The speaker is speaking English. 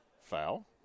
Foul